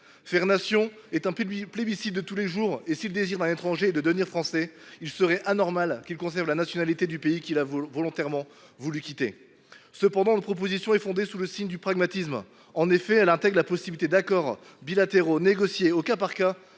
Faire Nation est un plébiscite de chaque jour. Si le désir d’un étranger est de devenir Français, il serait anormal qu’il conserve la nationalité du pays qu’il a volontairement quitté. Cependant, notre proposition est placée sous le signe du pragmatisme. À ce titre, elle intègre la possibilité d’accords bilatéraux négociés au cas par cas